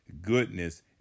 goodness